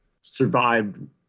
survived